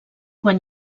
quan